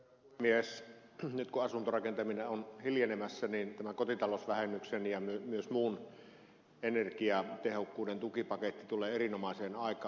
nyt kun asuntorakentaminen on hiljenemässä niin tämä kotitalousvähennyksen ja myös muun energiatehokkuuden tukipaketti tulee erinomaiseen aikaan